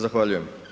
Zahvaljujem.